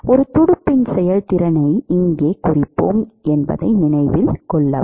ஒரு துடுப்பின் செயல்திறனை இங்கே குறிப்போம் என்பதை நினைவில் கொள்ளவும்